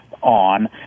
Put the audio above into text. on